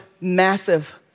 massive